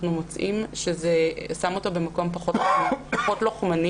מוצאים שזה שם אותו במקום פחות לוחמני.